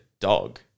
dog